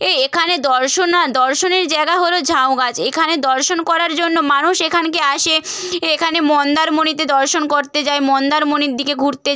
এ এখানে দর্শনা দর্শনের জায়গা হলো ঝাউগাছ এখানে দর্শন করার জন্য মানুষ এখানকে আসে এখানে মন্দারমণিতে দর্শন করতে যায় মন্দারমণির দিকে ঘুরতে